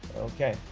okay,